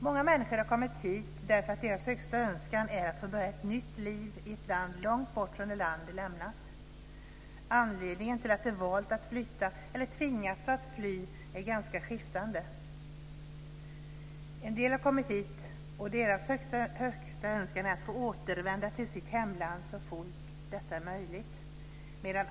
Många människor har kommit hit därför att deras högsta önskan är att få börja ett nytt liv i ett land långt bort från det land de lämnat. Anledningarna till att de valt att flytta eller tvingats att fly är ganska skiftande. En del av dem som kommit hit önskar inget högre än att få återvända till sitt hemland så fort detta är möjligt.